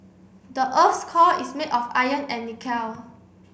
the earth core is made of iron and